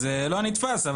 זה לא נתפס,